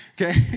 Okay